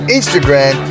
Instagram